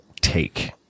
take